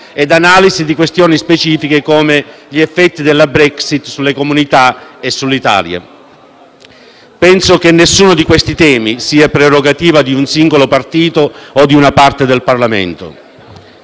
ed analisi di questioni specifiche come gli effetti della Brexit sulle comunità e sull'Italia. Penso che nessuno di questi temi sia prerogativa di un singolo partito o di una parte del Parlamento.